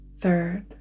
third